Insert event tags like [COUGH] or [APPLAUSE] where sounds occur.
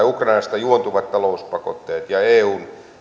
[UNINTELLIGIBLE] ukrainasta juontuvat talouspakotteet ja eun